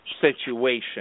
situation